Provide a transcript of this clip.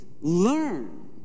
learn